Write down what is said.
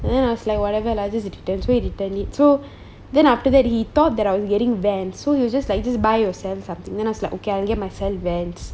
then I was like whatever lah just return so he return it so then after that he thought that I was getting Vans so he just like this buy or sell something then I was like okay I'll get myself Vans